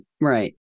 Right